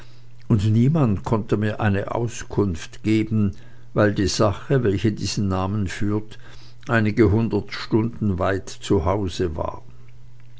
und niemand konnte mir eine auskunft geben weil die sache welche diesen namen führt einige hundert stunden weit zu hause war